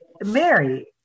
Mary